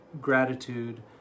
gratitude